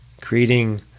creating